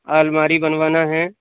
آلماری بنوانا ہیں